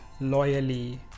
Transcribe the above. loyally